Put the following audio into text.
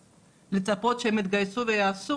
אז לצפות שהם יתגייסו ויעשו?